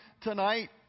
tonight